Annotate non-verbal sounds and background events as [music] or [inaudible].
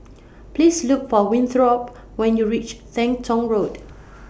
Please Look For Winthrop [noise] when YOU REACH Teng Tong Road